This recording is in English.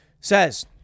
says